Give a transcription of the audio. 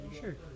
Sure